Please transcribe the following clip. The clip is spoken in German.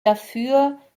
dafür